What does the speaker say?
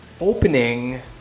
opening